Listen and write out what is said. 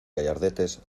gallardetes